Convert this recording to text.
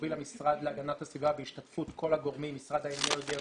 שהוביל המשרד להגנת הסביבה בהשתתפות כל הגורמים משרד האנרגיה,